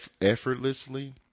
effortlessly